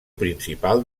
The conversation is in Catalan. principal